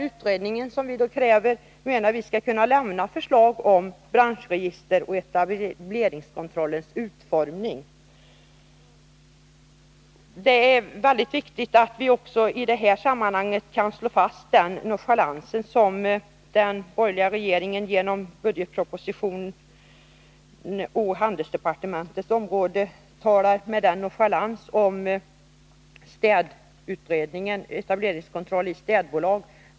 Utredningen skall, menar vi, kunna lämna förslag om branschregistrens och etableringskontrollens utformning. I sammanhanget är det viktigt att slå fast med vilken nonchalans den borgerliga regeringen i budgetpropositionen, den del som avser handelsdepartementets område, behandlar frågan om etableringskontroll för städbolag.